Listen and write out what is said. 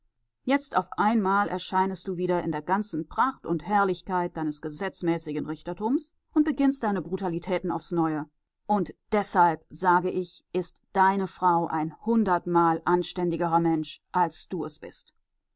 jetzt auf einmal erscheinst du wieder in der ganzen pracht und herrlichkeit deines gesetzmäßigen richtertums und beginnst deine brutalitäten aufs neue und deshalb sage ich ist deine frau ein hundertmal anständigerer mensch als du bist